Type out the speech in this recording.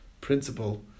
principle